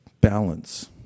balance